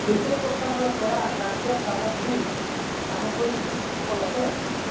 କେତେ ପ୍ରକାରର ସୋଡ଼ା ଜାତୀୟ ସାମଗ୍ରୀ ସାମଗ୍ରୀ ଉପଲବ୍ଧ ଅଛି